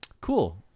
cool